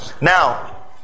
now